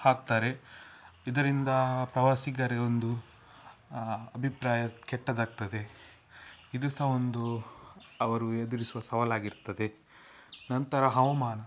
ಹಾಕ್ತಾರೆ ಇದರಿಂದ ಪ್ರವಾಸಿಗರ ಒಂದು ಅಭಿಪ್ರಾಯ ಕೆಟ್ಟದಾಗ್ತದೆ ಇದು ಸಹ ಒಂದು ಅವರು ಎದುರಿಸುವ ಸವಾಲಾಗಿರ್ತದೆ ನಂತರ ಹವಮಾನ